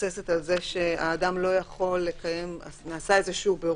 מתבססת על כך שנעשה בירור,